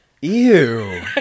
Ew